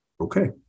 okay